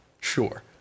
Sure